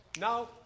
Now